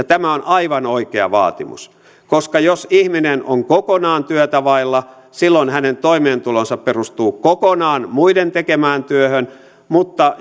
tämä on aivan oikea vaatimus koska jos ihminen on kokonaan työtä vailla silloin hänen toimeentulonsa perustuu kokonaan muiden tekemään työhön mutta